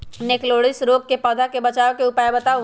निककरोलीसिस रोग से पौधा के बचाव के उपाय बताऊ?